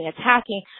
attacking